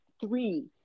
three